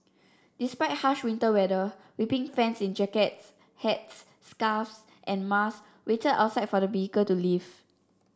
despite harsh winter weather weeping fans in jackets hats scarves and masks waited outside for the vehicle to leave